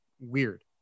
weird